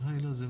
לחייג אליו.